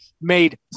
made